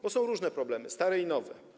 Bo są różne problemy, stare i nowe.